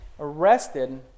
arrested